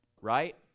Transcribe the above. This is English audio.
Right